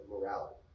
morality